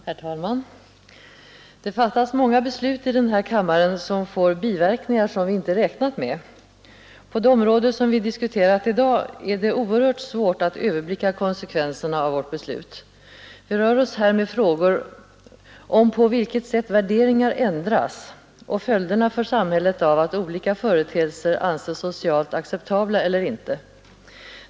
Herr talman! Det fattas många beslut i den här kammaren som får biverkningar som vi inte räknat med. På det område som vi diskuterar i dag är det oerhört svårt att överblicka konsekvenserna av vårt beslut. Vi rör oss här med frågor om på vilket sätt värderingar ändras och följderna för samhället av att olika företeelser anses socialt acceptabla eller inte.